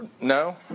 No